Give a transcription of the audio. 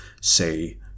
say